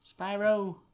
Spyro